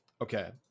okay